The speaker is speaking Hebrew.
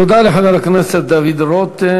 תודה לחבר הכנסת דוד רותם.